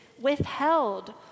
withheld